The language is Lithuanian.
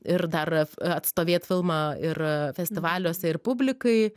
ir dar atstovėt filmą ir festivaliuose ir publikai